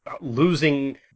losing